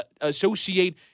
associate